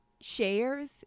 shares